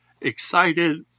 excited